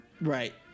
Right